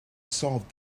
solved